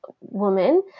woman